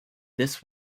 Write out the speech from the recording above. this